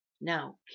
Now